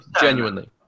genuinely